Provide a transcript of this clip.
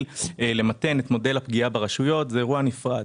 למתן את הפגיעה ברשויות - זה אירוע נפרד,